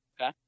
Okay